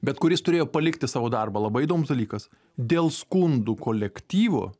bet kuris turėjo palikti savo darbą labai įdomus dalykas dėl skundų kolektyvo